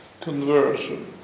conversion